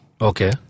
okay